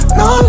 no